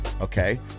okay